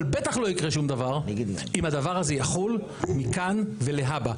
אבל בטח לא יקרה שום דבר אם הדבר הזה יחול מכאן ולהבא.